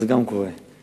אבל גם זה קורה.